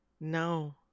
No